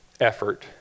effort